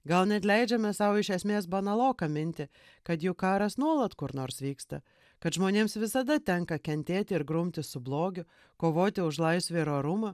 gal net leidžiame sau iš esmės banaloką mintį kad juk karas nuolat kur nors vyksta kad žmonėms visada tenka kentėti ir grumtis su blogiu kovoti už laisvę ir orumą